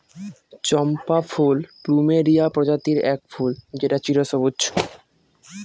চম্পা ফুল প্লুমেরিয়া প্রজাতির এক ফুল যেটা চিরসবুজ